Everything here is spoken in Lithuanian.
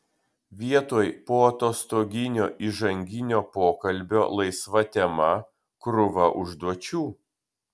vietoj poatostoginio įžanginio pokalbio laisva tema krūva užduočių